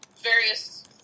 Various